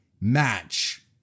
match